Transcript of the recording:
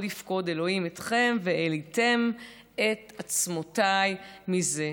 יפקֹד ה' אתכם והעליתם את עצמֹתַי מזה".